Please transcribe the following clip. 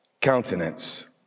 countenance